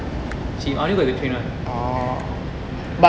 cheap I only got the train one